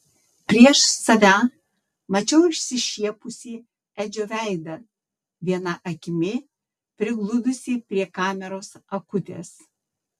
prieš save mačiau išsišiepusį edžio veidą viena akimi prigludusį prie kameros akutės